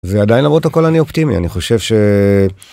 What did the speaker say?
זה עדיין למרות הכל אני אופטימי, אני חושב ש...